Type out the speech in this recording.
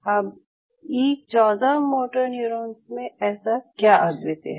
अब E 14 motoneurons में ऐसा क्या अद्वितीय है